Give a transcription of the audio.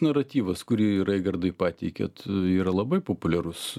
naratyvas kurį raigardai pateikėt yra labai populiarus